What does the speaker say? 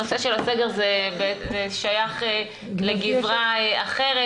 הנושא של הסגר שייך לגזרה אחרת,